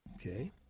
Okay